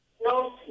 no